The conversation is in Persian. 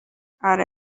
آره